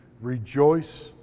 Rejoice